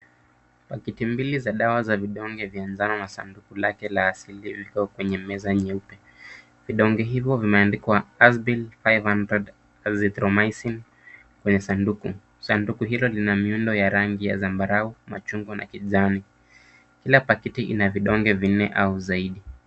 Pakiti mbili za dawa za vidonge vya njano na sanduku lake la asili viko kwenye meza nyeupe. Vidonge hivo vimeandikwa Hazbil 500 Athythromicin kwenye sanduku. Sanduku hilo lina miundo ya rangi ya zambarau, machungwa na kijani. Kila pakiti ina vidonge vinne au zaidi.